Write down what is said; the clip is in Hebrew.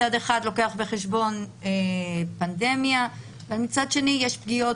מצד אחד לוקח בחשבון פנדמיה ומצד שני יש פגיעות